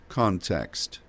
context